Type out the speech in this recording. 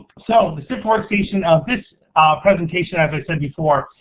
so, the sift workstation of this presentation, as i said before,